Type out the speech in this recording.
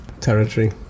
territory